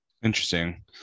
Interesting